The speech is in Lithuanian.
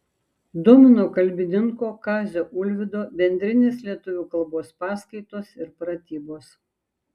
domino kalbininko kazio ulvydo bendrinės lietuvių kalbos paskaitos ir pratybos